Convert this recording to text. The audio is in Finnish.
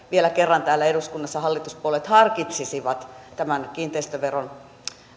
vielä kerran täällä eduskunnassa hallituspuolueet harkitsisivat tämän kiinteistöveron